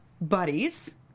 buddies